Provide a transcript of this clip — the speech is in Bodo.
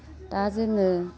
दा जोङो